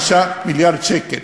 5 מיליארד שקל.